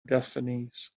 destinies